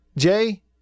Jay